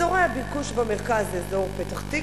אזורי הביקוש במרכז זה אזור פתח-תקווה,